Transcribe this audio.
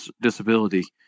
disability